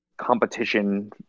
competition